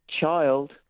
child